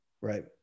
Right